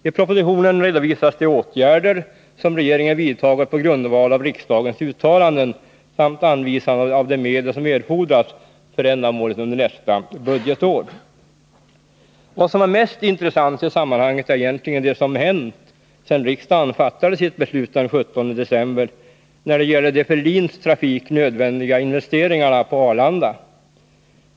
I propositionen redovisas de åtgärder som regeringen vidtagit på grund av riksdagens uttalanden samt anvisas de medel som erfordras för ändamålet under nästa budgetår. Vad som är mest intressant i sammanhanget är egentligen det som hänt sedan riksdagen fattade sitt beslut den 17 december om de för LIN:s trafik nödvändiga investeringarna på Arlanda.